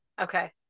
Okay